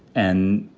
and,